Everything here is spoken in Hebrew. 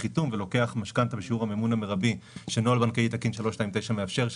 חיתום ולוקח משכנתא בשיעור המימון המרבי שנוהל בנקאי תקין 329 מאפשר,